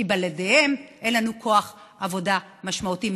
כי בלעדיהם אין לנו כוח עבודה משמעותי.